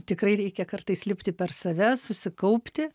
tikrai reikia kartais lipti per save susikaupti